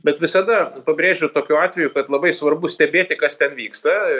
bet visada pabrėžiu tokiu atveju labai svarbu stebėti kas ten vyksta